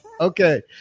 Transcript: Okay